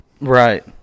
Right